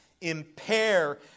impair